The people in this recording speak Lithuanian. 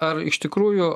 ar iš tikrųjų